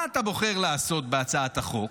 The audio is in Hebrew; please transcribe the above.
מה אתה בוחר לעשות בהצעת החוק,